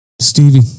Stevie